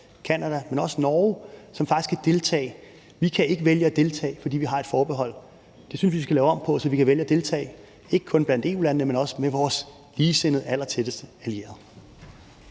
Canada, men også Norge, som kan deltage. Vi kan ikke vælge at deltage, fordi vi har et forbehold. Det synes jeg vi skal lave om på, så vi kan vælge at deltage, ikke kun blandt EU-landene, men også med vores ligesindede allertætteste allierede.